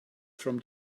from